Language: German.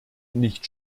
nicht